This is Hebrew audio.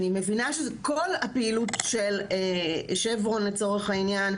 אני מבינה שכל הפעילות של שברון לצורך העניין,